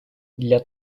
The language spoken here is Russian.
для